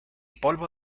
polvo